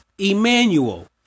Emmanuel